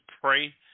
pray